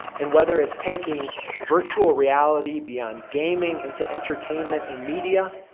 and whether it's taking virtual reality beyond gaming into entertainment and media,